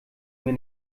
mir